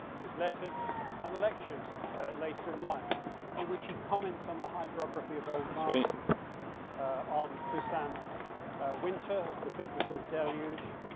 his letters and the lectures later in life in which he comments on the hydrotherapy of old masters on poussin's winter of the biblical deluge,